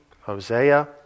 Hosea